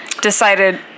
decided